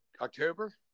October